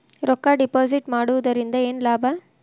ರೊಕ್ಕ ಡಿಪಾಸಿಟ್ ಮಾಡುವುದರಿಂದ ಏನ್ ಲಾಭ?